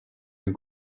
and